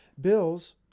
bills